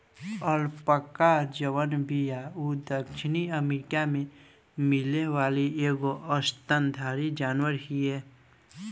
alpaca जवन बिया उ दक्षिणी अमेरिका में मिले वाली एगो स्तनधारी जानवर हिय